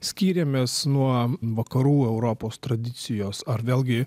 skyrėmės nuo vakarų europos tradicijos ar vėlgi